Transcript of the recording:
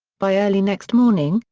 by early next morning,